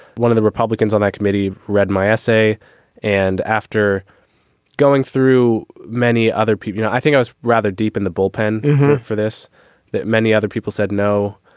one of the republicans on that committee read my essay and after going through many other people i think i was rather deep in the bullpen for this that many other people said no.